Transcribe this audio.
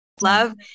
love